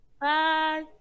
Bye